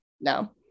no